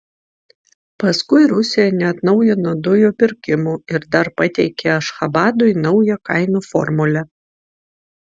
paskui rusija neatnaujino dujų pirkimo ir dar pateikė ašchabadui naują kainų formulę